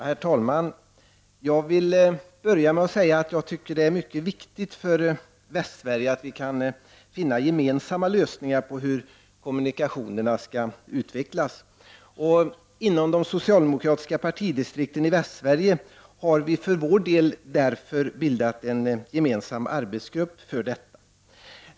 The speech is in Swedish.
Herr talman! Jag vill börja med att säga att jag tycker att det är mycket viktigt för Västsverige att vi kan finna gemensamma lösningar på hur kommunikationerna skall utvecklas. Inom de socialdemokratiska partidistrikten i Västsverige har vi för vår del därför bildat en gemensam arbetsgrupp för detta.